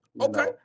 Okay